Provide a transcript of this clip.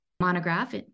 Monograph